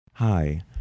hi